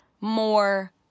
more